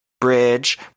Bridge